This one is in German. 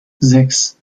sechs